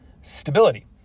Stability